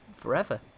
forever